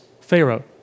Pharaoh